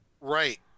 Right